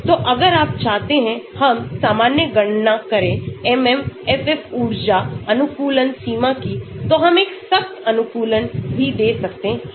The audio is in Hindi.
तोअगर आप चाहते हैंहम सामान्य गणना करें MMFF ऊर्जा अनुकूलन सीमाकी तो हम एक सख्त अनुकूलन भी दे सकते हैं